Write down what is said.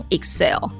Excel 。